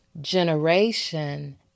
Generation